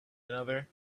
another